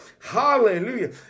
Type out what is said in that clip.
Hallelujah